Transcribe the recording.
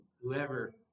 whoever